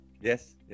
Yes